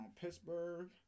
Pittsburgh